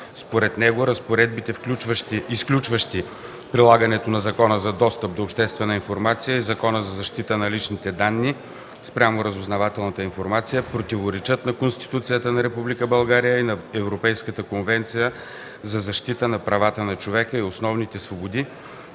Според него разпоредбите, изключващи прилагането на Закона за достъп до обществена информация и Закона за защита на личните данни спрямо разузнавателната информация противоречат на Конституцията на Република България и на Европейската конвенция за защита на правата на човека и основните свободи,